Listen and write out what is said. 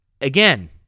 Again